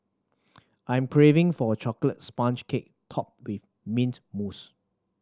I'm craving for a chocolate sponge cake topped with mint mousse